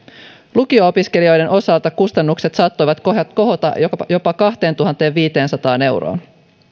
lukio opiskelijoiden osalta kustannukset saattoivat kohota jopa kahteentuhanteenviiteensataan euroon